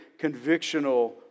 convictional